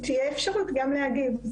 שיהיה אפשרות גם להגיב.